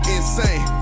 Insane